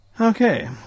Okay